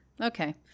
Okay